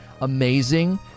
amazing